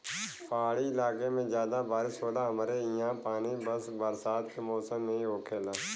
पहाड़ी इलाके में जादा बारिस होला हमरे ईहा पानी बस बरसात के मौसम में ही होखेला